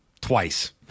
twice